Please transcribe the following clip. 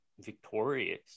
victorious